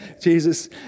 Jesus